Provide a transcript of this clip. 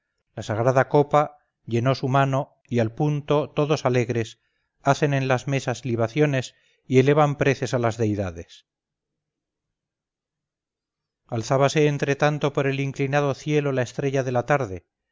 la sagrada copa llenó su mano y al punto todos alegres hacen en las mesas libaciones y elevan preces a las deidades alzábase entre tanto por el inclinado cielo la estrella de la tarde